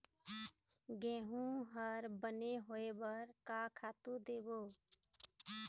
गेहूं हर बने होय बर का खातू देबो?